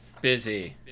Busy